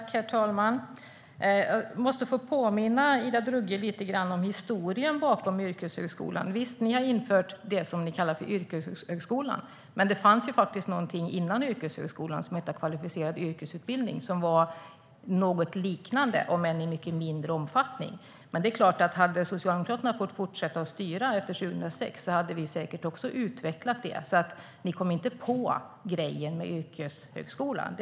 Herr talman! Jag måste få påminna lite grann om historien bakom yrkeshögskolan, Ida Drougge. Visst, ni har infört det ni kallar yrkeshögskolan, men det fanns faktiskt någonting före det. Det hette kvalificerad yrkesutbildning och var något liknande, om än i mycket mindre omfattning. Men det är klart att vi i Socialdemokraterna säkert också hade utvecklat detta om vi hade fått fortsätta styra efter 2006. Ni kom alltså inte på grejen med yrkeshögskola, Ida Drougge.